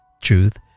Truth